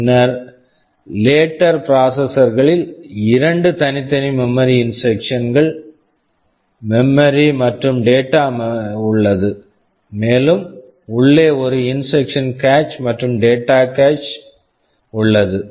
பின்னர் later later processors processors களில் 2 தனித்தனி memory memory instruction memory instruction memoryமற்றும் டேட்டா மெமரி data memory உள்ளது மேலும் உள்ளே ஒரு இன்ஸ்ட்ரக்சன் கேச் instruction cache மற்றும் டேட்டா கேச் data cache உள்ளது